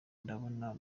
ndabona